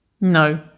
No